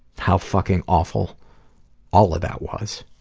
how fucking awful all of that was.